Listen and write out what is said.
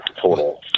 total